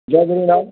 Jay Jhulelal